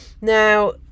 now